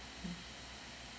mm